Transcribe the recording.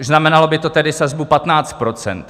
Znamenalo by to tedy sazbu 15 %.